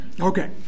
Okay